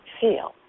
feel